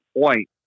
point